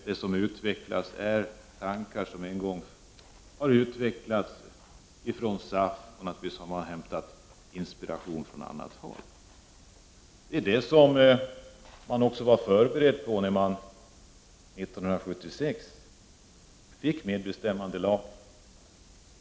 Det som utvecklas är tankar som en gång har kommit från SAF, och naturligtvis har man hämtat inspiration från annat håll. Detta var man också förberedd på när vi 1976 fick medbestämmandelagen.